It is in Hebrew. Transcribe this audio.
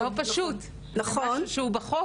זה לא פשוט, זה משהו שהוא בחוק.